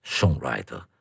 songwriter